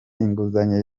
inguzanyo